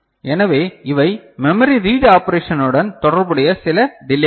எனவே இவை memory read ஆபெரஷனுடன் தொடர்புடைய சில டிலேக்கள்